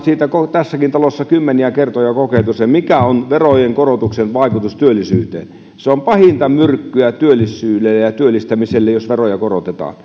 tässäkin talossa kymmeniä kertoja kokeiltu mikä on verojen korotuksen vaikutus työllisyyteen se on pahinta myrkkyä työllisyydelle ja työllistämiselle jos veroja korotetaan